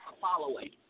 following